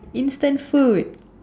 instant food